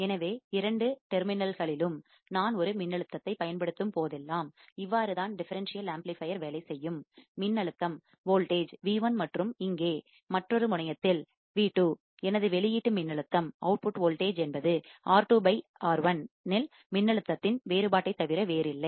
எனவே இரண்டு முனையங்களிலும்டெர்மினல் terminal நான் ஒரு மின்னழுத்தத்தைப்வோல்டேஜ் பயன்படுத்தும்போதெல்லாம் இவ்வாறு தான் டிஃபரண்சியல்ஆம்ப்ளிபையர் வேலை செய்யும் மின்னழுத்தம் வோல்டேஜ் V1 மற்றும் இங்கே மற்றொரு முனையத்தில்டெர்மினல் terminal V2 எனது வெளியீட்டு மின்னழுத்தம் அவுட்புட் வோல்டேஜ் என்பது R2 R1 இல் மின்னழுத்தத்தின் வோல்டேஜ் வேறுபாட்டைத் தவிர வேறில்லை